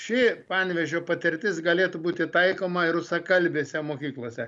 ši panevėžio patirtis galėtų būti taikoma ir rusakalbėse mokyklose